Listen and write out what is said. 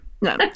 No